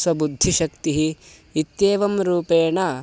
स्वबुद्धिशक्तिः इत्येवं रूपेण